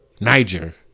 Niger